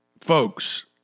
Folks